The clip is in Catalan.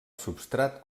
substrat